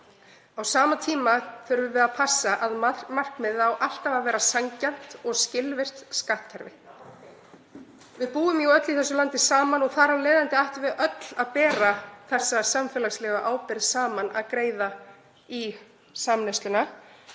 Á sama tíma þurfum við að passa að markmiðið á alltaf að vera sanngjarnt og skilvirkt skattkerfi. (Gripið fram í.) Við búum jú öll í þessu landi saman og þar af leiðandi ættum við öll að bera þá samfélagslegu ábyrgð saman að greiða í samneysluna.